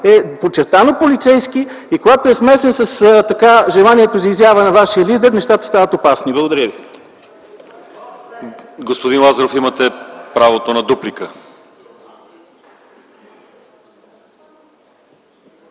е подчертано полицейски. И когато е смесен с желанието за изява на вашия лидер, нещата става опасни. Благодаря ви.